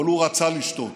אבל הוא רצה לשתות,